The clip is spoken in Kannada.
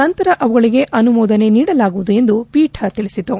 ನಂತರ ಅವುಗಳಿಗೆ ಅನುಮೋದನೆ ನೀಡಲಾಗುವುದು ಎಂದು ಪೀಠ ತಿಳಿಸಿತು